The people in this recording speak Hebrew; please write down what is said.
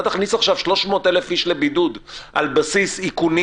אתה תכניס עכשיו 300,000 איש לבידוד על בסיס איכונים